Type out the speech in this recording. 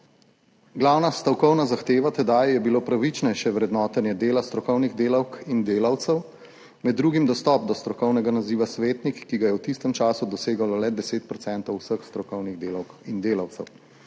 Glavna stavkovna zahteva tedaj je bilo pravičnejše vrednotenje dela strokovnih delavk in delavcev, med drugim dostop do strokovnega naziva svetnik, ki ga je v tistem času doseglo le 10 % vseh strokovnih delavk in delavcev.